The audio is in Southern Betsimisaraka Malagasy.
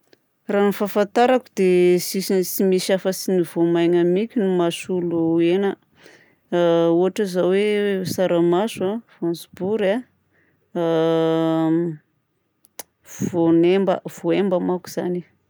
Raha ny fahafantarako dia tsisy- tsy misy afa-tsy ny voamaina minty no mahasolo hena. A ohatra izao hoe tsaramaso a, voanjobory a, a voanemba voahemba manko izany e.